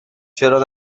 چرا